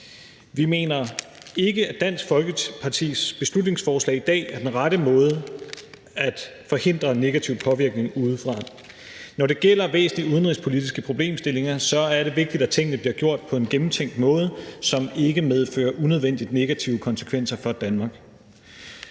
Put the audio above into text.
Vi mener ikke, at Dansk Folkepartis beslutningsforslag i dag er den rette måde at forhindre negativ påvirkning udefra. Når det gælder væsentlige udenrigspolitiske problemstillinger, er det vigtigt, at tingene bliver gjort på en gennemtænkt måde, som ikke medfører unødvendigt negative konsekvenser for Danmark.